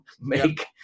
make